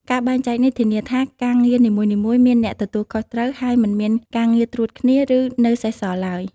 ការបែងចែកនេះ ធានាថាការងារនីមួយៗមានអ្នកទទួលខុសត្រូវ ហើយមិនមានការងារត្រួតគ្នា ឬនៅសេសសល់ឡើយ។